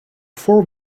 four